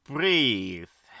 Breathe